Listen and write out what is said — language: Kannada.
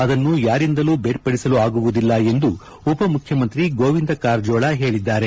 ಅದನ್ನು ಯಾರಿಂದಲೂ ಬೇರ್ಪಡಿಸಲು ಆಗುವುದಿಲ್ಲ ಎಂದು ಉಪ ಮುಖ್ಯಮಂತ್ರಿ ಗೋವಿಂದ ಕಾರಜೋಳ ಹೇಳಿದ್ದಾರೆ